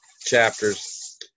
chapters